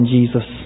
Jesus